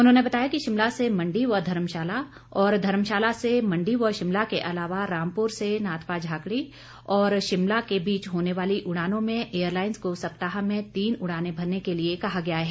उन्होंने बताया कि शिमला से मंडी व धर्मशाला और धर्मशाला से मंडी व शिमला के अलावा रामपुर से नाथपा झाकड़ी और शिमला के बीच होने वाली उड़ानों में एयरलाइंस को सप्ताह में तीन उड़ानें भरने के लिए कहा गया है